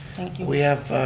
thank you. we have,